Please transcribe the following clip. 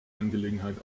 angelegenheit